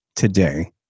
today